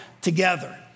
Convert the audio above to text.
together